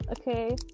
Okay